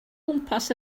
gwmpas